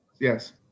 Yes